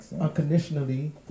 unconditionally